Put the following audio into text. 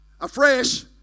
afresh